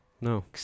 No